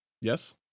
Yes